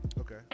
Okay